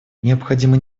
необходимо